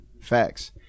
Facts